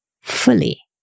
fully